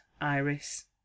iris